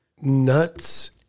Nuts